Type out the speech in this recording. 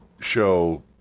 show